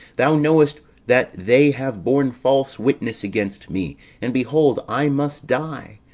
thou knowest that they have borne false witness against me and behold i must die,